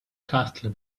castle